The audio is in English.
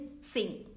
sing